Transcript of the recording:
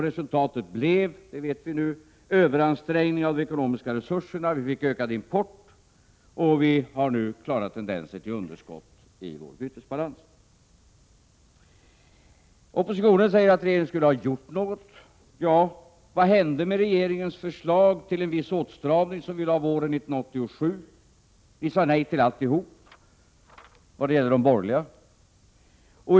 Resultatet blev en överansträngning av de ekonomiska resurserna, vi fick en ökad import, och vi har nu klara tendenser till underskott i vår bytesbalans. Oppositionen säger att regeringen skulle ha gjort något. Ja, men vad hände med regeringens förslag till en viss åtstramning, ett förslag som vi lade fram våren 1987? De borgerliga partierna sade nej till alltihop.